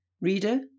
Reader